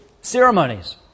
ceremonies